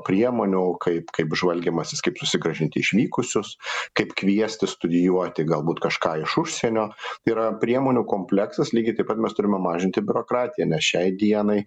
priemonių kaip kaip žvalgymasis kaip susigrąžinti išvykusius kaip kviesti studijuoti galbūt kažką iš užsienio yra priemonių kompleksas lygiai taip pat mes turime mažinti biurokratiją nes šiai dienai